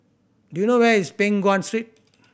do you know where is Peng Nguan Street